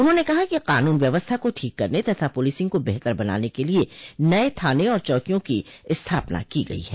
उन्होंने कहा कि कानून व्यवस्था को ठीक करने तथा पुलिसिंग को बेहतर बनाने के लिये नये थाने और चौकियों की स्थापना की गई है